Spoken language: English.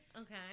Okay